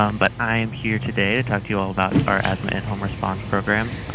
um but, i am here today to talk to you all about our asthma in-home response program.